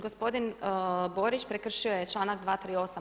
Gospodin Borić prekršio je članak 238.